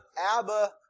Abba